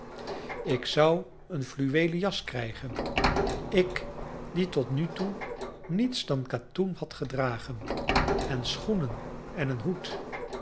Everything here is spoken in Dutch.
ik zou een fluweelen jas krijgen ik die tot nu toe niets dan katoen had gedragen en schoenen en een hoed